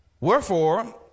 Wherefore